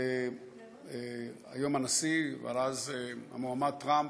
כשהיום הנשיא, אז המועמד, טראמפ,